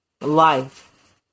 Life